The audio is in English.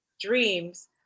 dreams